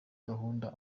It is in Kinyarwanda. gukunda